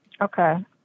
Okay